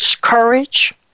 courage